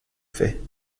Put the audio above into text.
fait